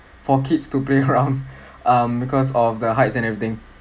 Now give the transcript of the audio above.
for kids to play around um because of the heights and everything